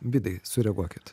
vidai su reaguokit